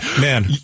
man